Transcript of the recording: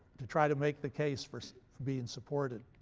to try to make the case for so for being supported.